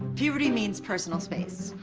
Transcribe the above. puberty means personal space.